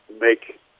make